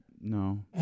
No